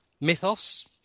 Mythos